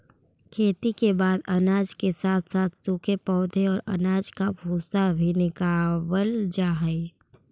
खेती के बाद अनाज के साथ साथ सूखे पौधे और अनाज का भूसा भी निकावल जा हई